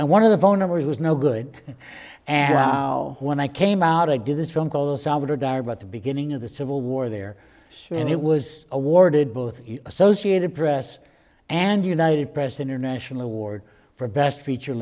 no one of the phone numbers was no good and how when i came out i did this phone call so i would have died but the beginning of the civil war there and it was awarded both associated press and united press international award for best feature